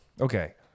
okay